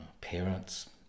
parents